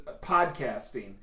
podcasting